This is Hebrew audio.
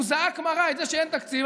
הוא זעק מרה על זה שאין תקציב,